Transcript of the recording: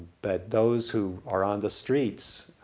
but those who are on the streets,